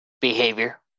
behavior